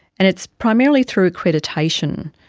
and it's primarily through accreditation.